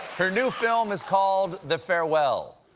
her new film is called the farewell.